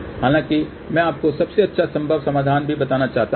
हालांकि मैं आपको सबसे अच्छा संभव समाधान भी बताना चाहता हूं